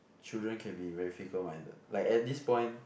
children can be very fickle minded like at this point